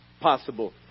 possible